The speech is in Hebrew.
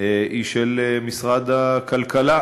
היא של משרד הכלכלה,